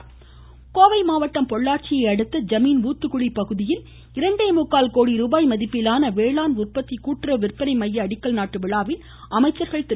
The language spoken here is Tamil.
அமைச்சர்கள் கோவை மாவட்டம் பொள்ளாச்சியை அடுத்த இமீன் ஊத்துக்குளி பகுதியில் இரண்டே முக்கால் கோடி ரூபாய் மதிப்பிலான வேளாண் உற்பத்தி கூட்டுறவு விற்பனை மைய அடிக்கல் நாட்டு விழாவில் அமைச்சர்கள் திரு